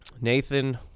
nathan